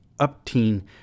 upteen